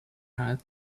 had